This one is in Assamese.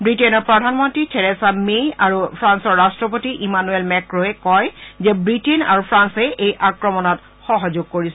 ৱিটেইনৰ প্ৰধানমন্ত্ৰী থেৰেচা মে আৰু ফ্ৰান্সৰ ৰাষ্টপতি ইমানুৱেল মেক্ৰয়ে কয় যে ৱিটেইন আৰু ফ্ৰান্সে এই আক্ৰমণত সহযোগ কৰিছিল